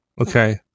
Okay